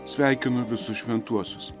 sveikinu visus šventuosius